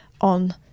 on